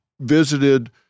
Visited